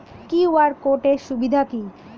QR code এর সুবিধা কি?